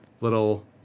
little